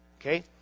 Okay